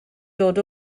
dod